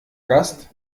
gast